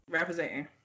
Representing